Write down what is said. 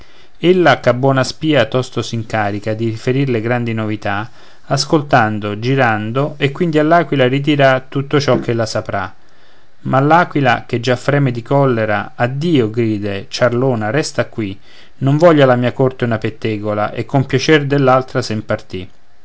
cicalona ella ch'è buona spia tosto s'incarica di riferir le grandi novità ascoltando girando e quindi all'aquila ridirà tutto ciò ch'ella saprà ma l'aquila che già freme di collera addio grida ciarlona resta qui non voglio alla mia corte una pettegola e con piacer dell'altra sen partì